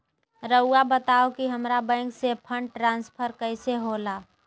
राउआ बताओ कि हामारा बैंक से फंड ट्रांसफर कैसे होला?